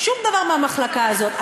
שום דבר מהמחלקה הזאת.